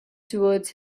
toward